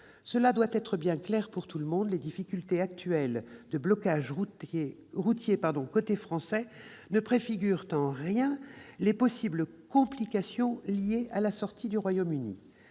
cela soit bien clair pour tout le monde : les difficultés actuelles de blocages routiers côté français ne préfigurent en rien les possibles complications liées à la sortie du Royaume-Uni.